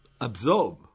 absorb